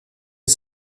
est